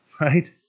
Right